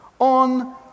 on